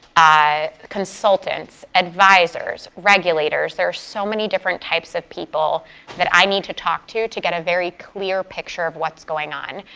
consultants, advisors, regulators. there are so many different types of people that i need to talk to to get a very clear picture of what's going on.